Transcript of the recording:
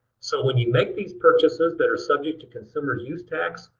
so when you make these purchases that are subject to consumer's use tax,